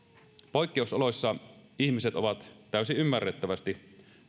poikkeusoloissa ihmiset ovat täysin ymmärrettävästi